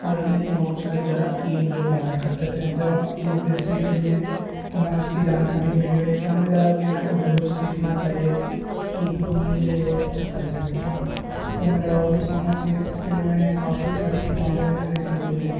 اور ہمیں امام صاحب جو ہے الف بے پڑھایا کرتے تھے جب ہم الف بے سیکھ لیے تو ہمیں اس کی جانکاری مل گئی تو ہمیں لگا کہ ہمیں اردو سیکھنا چاہیے اردو ہمارے لیے بہت اچھا سبجیکٹ تھا تو ہمیں لگا اردو سیکھنا چاہیے اس کے لیے میں نے کافی ساری کتابیں بھی خرید لیے تھے